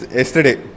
yesterday